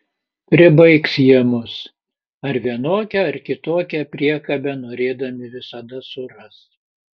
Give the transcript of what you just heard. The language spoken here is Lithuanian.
pribaigs jie mus ar vienokią ar kitokią priekabę norėdami visada suras